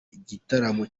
igitaramo